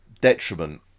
detriment